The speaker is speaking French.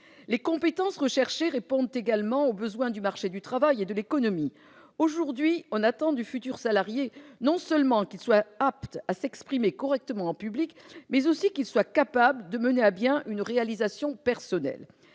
Les compétences recherchées répondent également aux besoins du marché du travail et de l'économie. Aujourd'hui, on attend du futur salarié non seulement qu'il soit apte à s'exprimer correctement en public, mais aussi qu'il soit capable de mener à bien une réalisation personnelle.